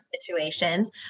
situations